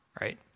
right